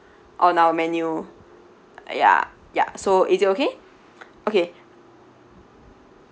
on our menu ya ya so is it okay okay